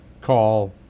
call